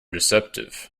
deceptive